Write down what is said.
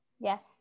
yes